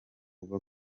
uva